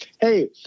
hey